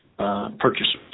Purchasers